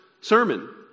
sermon